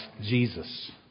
Jesus